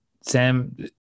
Sam